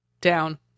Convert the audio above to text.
down